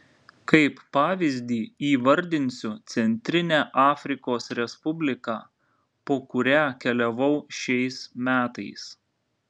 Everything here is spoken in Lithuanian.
kaip pavyzdį įvardinsiu centrinę afrikos respubliką po kurią keliavau šiais metais